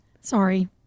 Sorry